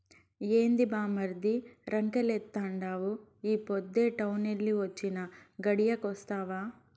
ఏంది బామ్మర్ది రంకెలేత్తండావు ఈ పొద్దే టౌనెల్లి వొచ్చినా, గడియాగొస్తావా